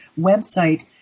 website